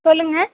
சொல்லுங்கள்